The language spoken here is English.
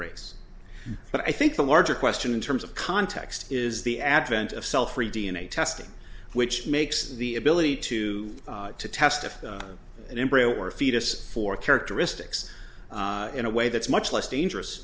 race but i think the larger question in terms of context is the advent of cell free d n a testing which makes the ability to to test if an embryo or fetus for characteristics in a way that's much less dangerous